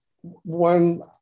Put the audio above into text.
one